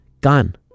Gone